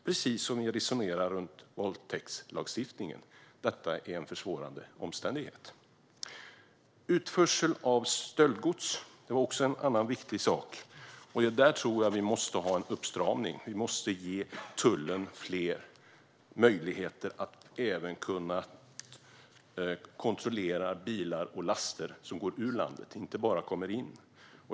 På samma sätt resonerar vi ju kring våldtäktslagstiftningen. Detta är en försvårande omständighet. Utförsel av stöldgods är också en viktig sak. Jag tror att vi måste ha en uppstramning när det gäller detta. Tullen måste få fler möjligheter att även kunna kontrollera bilar och laster som går ut ur landet och inte bara dem som kommer in.